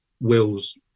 Will's